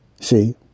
See